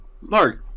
Mark